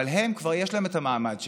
אבל להם יש כבר את המעמד שלהם,